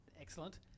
Excellent